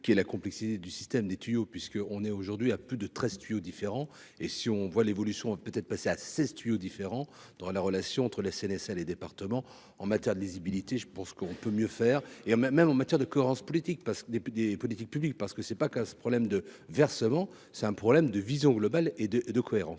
qui est la complexité du système des tuyaux, puisqu'on est aujourd'hui à plus de 13 tuyaux différents et si on voit l'évolution peut être passer à 16 tuyau différents dans la relation entre la CNSA les départements en matière de lisibilité, je pense qu'on peut mieux faire et même, même en matière de cohérence politique parce que des des politiques publiques, parce que c'est pas qu'à ce problème de versement, c'est un problème de vision globale et de et de cohérence